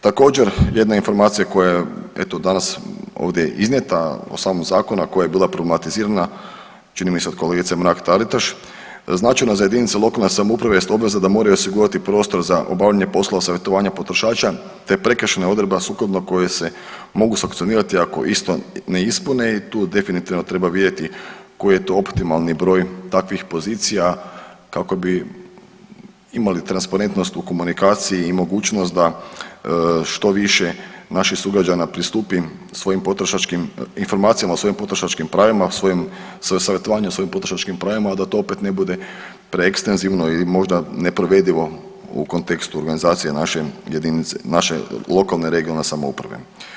Također jedna informacija koja je danas ovdje iznijeta u samom zakonu, a koja je bila problematizirana čini mi se od kolegice Mrak-Taritaš značajna za jedinice lokalne samouprave jest obveza da moraju osigurati prostor za obavljanje poslova savjetovanja potrošača, te prekršajna odredba sukladno kojoj se mogu sankcionirati ako isto ne ispune i tu definitivno treba vidjeti koji je to optimalni broj takvih pozicija kako bi imali transparentnost u komunikaciji i mogućnost da što više naših sugrađana pristupi svojim potrošačkim informacijama o svojim potrošačkim pravima, savjetovanju o svojim potrošačkim pravima, a da to opet ne bude preekstenzivno ili možda nepovredivo u kontekstu organizacije naše lokalne (regionalne) samouprave.